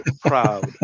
proud